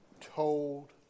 told